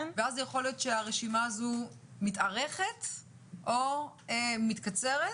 ואז יכול להיות שהרשימה הזאת תתארך או תתקצר.